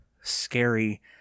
scary